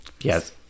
Yes